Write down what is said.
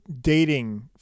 dating